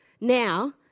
Now